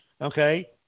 Okay